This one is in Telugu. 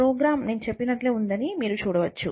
ప్రోగ్రామ్ నేను చెప్పినట్లే ఉందని మీరు చూడవచ్చు